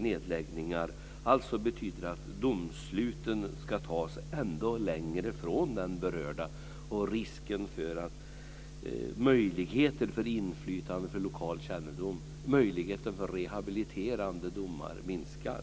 nedläggningar! Detta betyder att domsluten ska göras ännu längre från den berörda. Möjligheten för inflytande av lokal kännedom och möjligheten för rehabiliterande domar minskar.